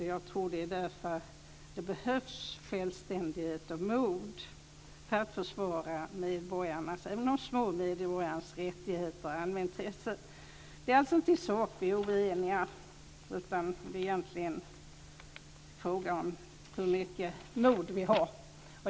Därför tror jag att det behövs självständighet och mod för att försvara medborgarnas, även de små medborgarnas, rättigheter och allmänintresse. Det är alltså inte i sak som vi är oeniga, utan det är egentligen fråga om hur mycket mod vi har.